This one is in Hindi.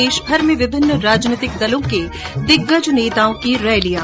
देशभर में विभिन्न राजनीतिक दलों के दिग्गज नेताओं की रैलियां